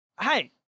Hey